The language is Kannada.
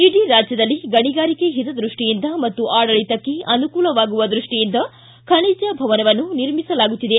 ಇಡೀ ರಾಜ್ಜದಲ್ಲಿ ಗಣಿಗಾರಿಕೆ ಹಿತದೃಷ್ಟಿಯಿಂದ ಮತ್ತು ಆಡಳಿತಕ್ಕೆ ಅನುಕೂಲವಾಗುವ ದೃಷ್ಟಿಯಿಂದ ಖನಿಜ ಭವನವನ್ನು ನಿರ್ಮಿಸಲಾಗುತ್ತಿದೆ